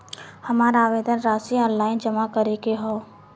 हमार आवेदन राशि ऑनलाइन जमा करे के हौ?